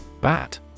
Bat